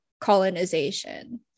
colonization